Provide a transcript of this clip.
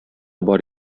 бар